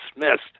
dismissed